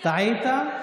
טעית,